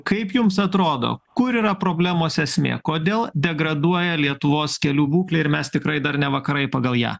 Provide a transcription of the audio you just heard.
kaip jums atrodo kur yra problemos esmė kodėl degraduoja lietuvos kelių būklė ir mes tikrai dar ne vakarai pagal ją